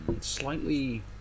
slightly